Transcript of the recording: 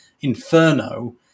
Inferno